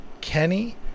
Kenny